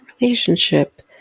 relationship